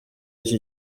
iki